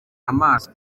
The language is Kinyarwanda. amaso